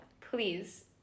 please